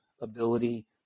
ability